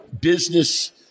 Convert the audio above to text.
business